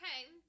okay